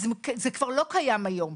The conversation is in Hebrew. זה כבר לא קיים היום,